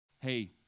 hey